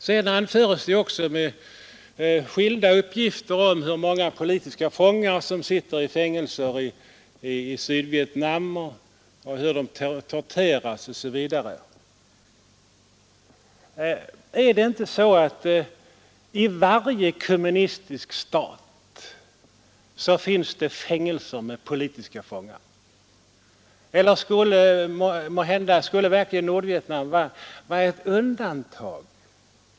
Sedan förses vi också med skilda uppgifter om hur många politiska fångar som sitter i fängelse i Sydvietnam och hur de torteras osv. Finns inte i varje kommuniststat fängelser med politiska fångar, eller skulle verkligen Nordvietnam vara ett undantag?